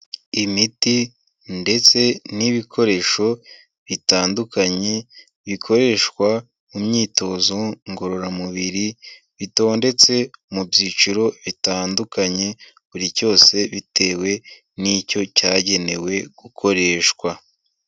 Imiti ndetse n'ibikoresho bitandukanye bikoreshwa mu myitozo ngororamubiri, bitondetse mu byiciro bitandukanye buri cyose bitewe n'icyo cyagenewe gukoreshwa.